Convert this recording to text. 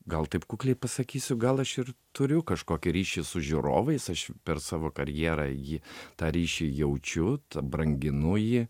gal taip kukliai pasakysiu gal aš ir turiu kažkokį ryšį su žiūrovais aš per savo karjerą jį tą ryšį jaučiu tą branginu jį